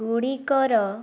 ଗୁଡ଼ିକର